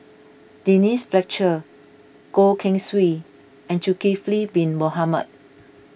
Denise Fletcher Goh Keng Swee and Zulkifli Bin Mohamed